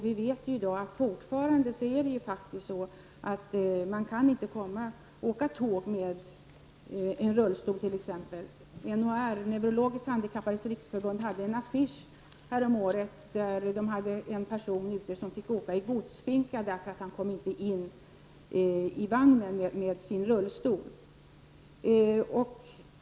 Vi vet att det fortfarande i dag är omöjligt att åka tåg med t.ex. en rullstol. NHR, Neurologiskt handikappades riksförbund, hade häromåret en affisch som visade en person som fick åka i godsfinkan därför att han inte kom in i vagnen med sin rullstol.